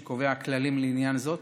שקובע כללים לעניין זה.